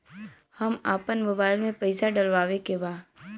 हम आपन मोबाइल में पैसा डलवावे के बा?